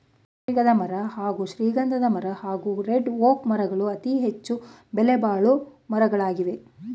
ತೇಗದಮರ ಹಾಗೂ ಶ್ರೀಗಂಧಮರ ಹಾಗೂ ರೆಡ್ಒಕ್ ಮರಗಳು ಅತಿಹೆಚ್ಚು ಬೆಲೆಬಾಳೊ ಮರಗಳಾಗವೆ